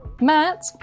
Matt